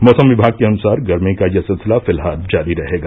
मौसम विभाग के अनुसार गर्मी का यह सिलसिला फिलहाल जारी रहेगा